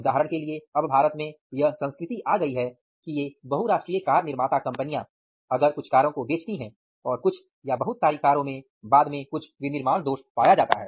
उदाहरण के लिए अब भारत में यह संस्कृति आ गई है कि ये बहुराष्ट्रीय कार निर्माता कंपनियां अगर कुछ कारों को बेचती हैं और कुछ या बहुत सारी कारों में कुछ विनिर्माण दोष पाया जाता हैं